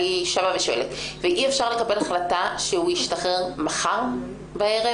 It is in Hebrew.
אי אפשר לקבל החלטה שהוא ישתחרר למוחרת בערב?